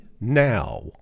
Now